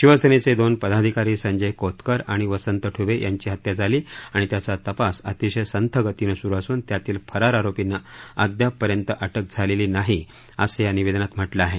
शिवसेनेचं दोन पदाधिकारी संजय कोतकर आणि वसंत ठुबे यांची हत्या झाली आणि त्याचा तपास अतिशय संथ गतीनं सुरू असून त्यातील फरार आरोपींना अद्याप पर्यंत अटक झालेली नाही असं या निवेदनात म्हटलं आहे